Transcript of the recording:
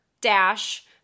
dash